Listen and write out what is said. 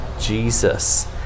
Jesus